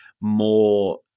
more